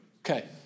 Okay